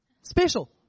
Special